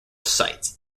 sites